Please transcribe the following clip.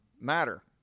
matter